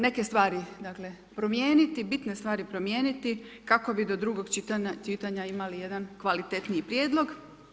Neke stvari dakle promijeniti, bitne stvari promijeniti kako bi do drugog čitanja imali jedan kvalitetniji prijedlog.